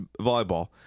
volleyball